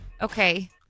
Okay